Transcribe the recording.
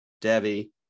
Debbie –